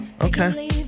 Okay